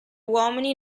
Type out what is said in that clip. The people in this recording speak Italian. uomini